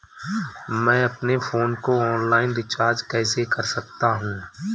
मैं अपने फोन को ऑनलाइन रीचार्ज कैसे कर सकता हूं?